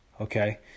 Okay